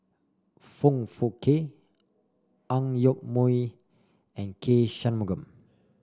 Foong Fook Kay Ang Yoke Mooi and K Shanmugam